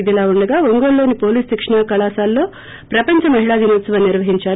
ఇదిలా ఉండగా ఒంగోలులోని ేపోలీసు ేశిక్షణా కళాశాలలో ప్రపంచ మహిళా దినోత్సవాన్ని నిర్వహించారు